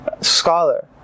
scholar